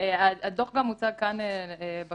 הדוח גם הוצג כאן בכנסת.